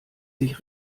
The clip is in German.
sich